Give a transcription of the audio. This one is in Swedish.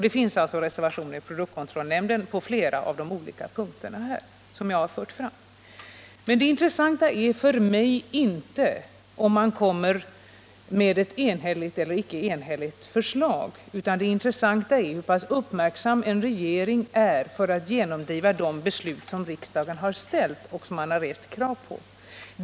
Beträffande flera av de punkter som jag här har fört fram finns reservationer från produktkontrollnämnden. Det är för mig ointressant om ett beslut är enhälligt eller icke enhälligt. Det intressanta är hur uppmärksam en regering är när det gäller att genomföra de beslut som riksdagen har fattat och som det har rests krav på.